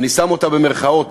אני שם אותה במירכאות,